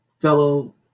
fellow